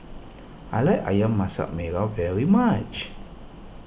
I like Ayam Masak Merah very much